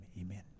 amen